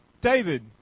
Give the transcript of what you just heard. David